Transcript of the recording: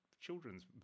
children's